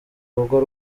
rugo